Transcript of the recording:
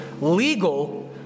legal